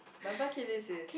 my bucket list is